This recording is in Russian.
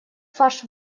фарш